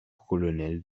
colonel